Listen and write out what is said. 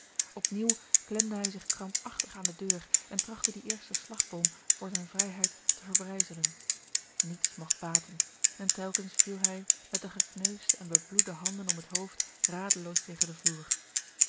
klemde hij zich krampachtig aan de deur en trachtte dien eersten slagboom voor zijne vrijheid te verbrijzelen niets mogt baten en telkens viel hi met de gekneusde en bebloede handen om het hoofd radeloos tegen den vloer